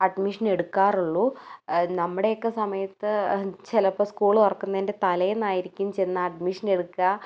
admission എടുക്കാറുള്ളു നമ്മുടെയൊക്കെ സമയത്ത് ചിലപ്പോൾ സ്കൂൾ തുറക്കുന്നതിൻ്റെ തലേന്നായിരിക്കും ചെന്ന് അഡ്മിഷനെടുക്കുക